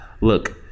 look